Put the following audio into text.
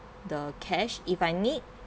the cash if I need